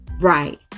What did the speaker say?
Right